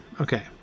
Okay